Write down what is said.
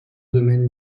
domaine